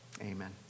Amen